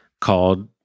called